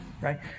right